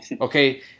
Okay